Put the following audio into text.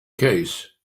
case